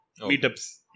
meetups